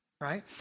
right